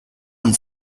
and